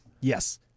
Yes